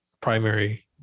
primary